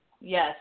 Yes